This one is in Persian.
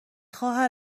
خواهر